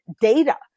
data